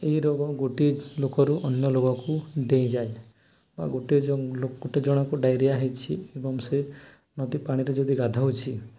ଏହି ରୋଗ ଗୋଟିଏ ଲୋକରୁ ଅନ୍ୟ ରୋଗକୁ ଡେଇଁଯାଏ ବା ଗୋଟିଏ ଗୋଟେ ଜଣଙ୍କୁ ଡାଇରିଆ ହେଇଛି ଏବଂ ସେ ନଦୀ ପାଣିରେ ଯଦି ଗାଧୋଉଛି